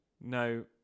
No